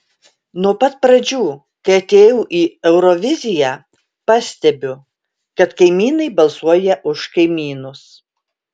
nuo pat pradžių kai atėjau į euroviziją pastebiu kad kaimynai balsuoja už kaimynus